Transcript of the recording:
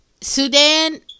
sudan